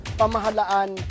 pamahalaan